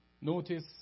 Notice